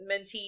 mentee